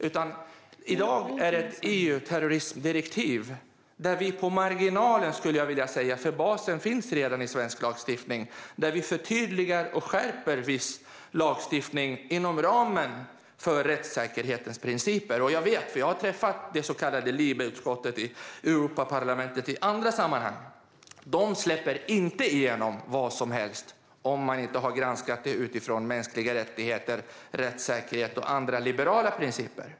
I dag handlar det om EU-terrorismdirektiv där vi på marginalen - basen finns, skulle jag säga, redan i svensk lagstiftning - förtydligar och skärper viss lagstiftning inom ramen för rättssäkerhetens principer. Det vet jag, för jag har träffat det så kallade LIBE-utskottet i Europaparlamentet i andra sammanhang. De släpper inte igenom vad som helst om man inte har granskat det utifrån mänskliga rättigheter, rättssäkerhet och andra liberala principer.